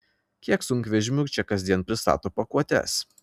kiek sunkvežimių čia kasdien pristato pakuotes